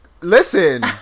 Listen